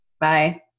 Bye